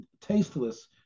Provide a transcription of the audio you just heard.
tasteless